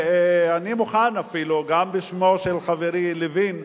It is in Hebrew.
אני מוכן אפילו, גם בשמו של חברי לוין,